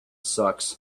sucks